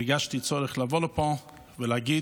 והרגשתי צורך לבוא לפה ולהגיד: